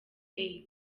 aid